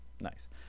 nice